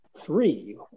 Three